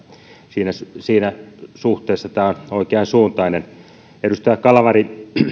siinä siinä suhteessa tämä on oikeansuuntainen edustaja kalmari